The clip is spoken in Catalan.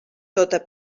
tota